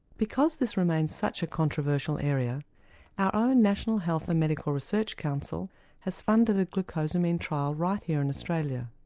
because this remains such a controversial area our own national health and medical research council has funded a glucosamine trial right here in australia.